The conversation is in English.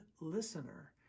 listener